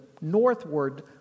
northward